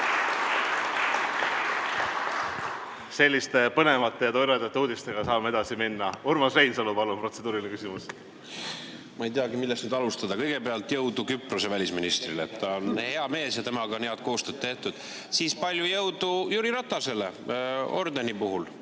Selliste põnevate ja toredate uudiste juurest saame edasi minna. Urmas Reinsalu, palun, protseduuriline küsimus! Ma ei teagi, millest alustada. Kõigepealt jõudu Küprose välisministrile! Ta on hea mees ja temaga on head koostööd tehtud. Siis palju jõudu Jüri Ratasele ordeni puhul